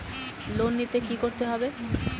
Loan নিতে কী করতে হবে?